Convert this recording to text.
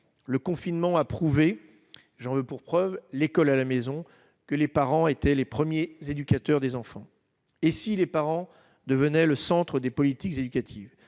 le confinement, j'en veux pour preuve l'école à la maison, que les parents étaient les premiers éducateurs des enfants et si les parents devenait le Centre des politiques éducatives,